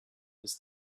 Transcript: his